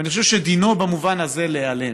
ואני חושב שדינו במובן הזה להיעלם.